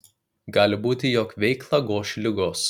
gali būti jog veiklą goš ligos